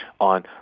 on